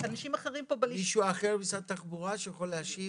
יש מישהו אחר ממשרד התחבורה שיכול להשיב